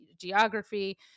geography